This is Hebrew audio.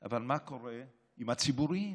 אבל מה קורה עם הציבוריים?